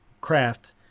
craft